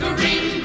Green